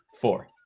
four